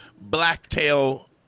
Blacktail